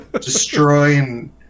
Destroying